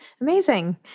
Amazing